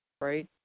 right